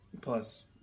Plus